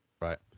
Right